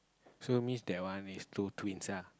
so means that one is two twins lah